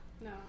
No